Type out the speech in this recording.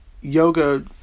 yoga